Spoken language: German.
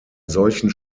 solchen